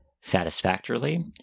satisfactorily